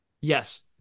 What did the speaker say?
Yes